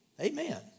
amen